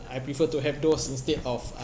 I prefer to have those instead of